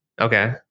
Okay